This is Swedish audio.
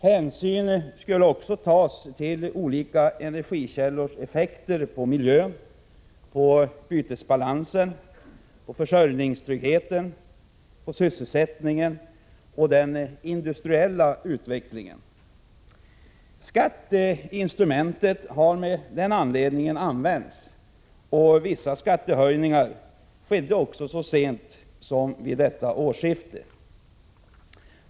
Hänsyn skulle också tas till olika energikällors effekter på miljön, på bytesbalansen, på försörjningstryggheten, på sysselsättningen och på den industriella utvecklingen. Skatteinstrumentet har använts på det sättet, och vissa skattehöjningar skedde också så sent som vid senaste årsskiftet.